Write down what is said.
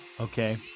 okay